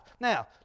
Now